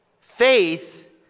faith